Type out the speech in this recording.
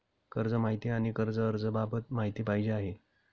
कर्ज माहिती आणि कर्ज अर्ज बाबत माहिती पाहिजे आहे